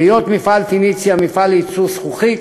בהיות מפעל "פניציה" מפעל לייצור זכוכית,